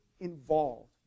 involved